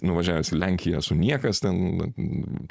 nuvažiavęs į lenkiją esu niekas ten